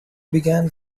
began